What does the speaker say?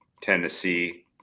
Tennessee –